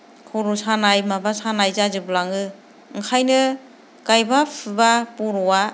खर' सानाय माबा सानाय जाजोबलाङो ओंखायनो गायब्ला फुब्ला बर'आ